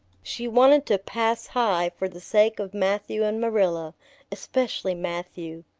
she wanted to pass high for the sake of matthew and marilla especially matthew.